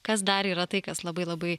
kas dar yra tai kas labai labai